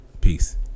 Peace